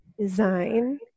design